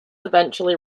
eventually